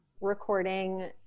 recording